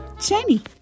Jenny